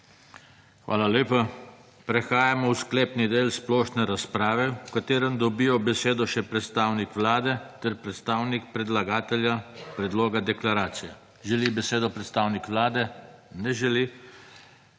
Hvala lepa. Prehajamo v sklepni del splošne razprave v katerem dobijo besedo še predstavnik Vlade ter predstavnik predlagatelja predloga deklaracije. Želi besedo predstavnik Vlade? Ne želi.